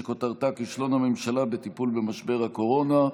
שכותרתה: כישלון הממשלה בטיפול במשבר הקורונה.